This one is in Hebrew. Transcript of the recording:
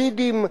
"ז'ידים,